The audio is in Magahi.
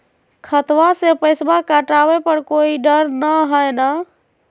खतबा से पैसबा कटाबे पर कोइ डर नय हय ना?